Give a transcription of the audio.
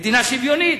מדינה שוויונית.